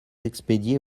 expédier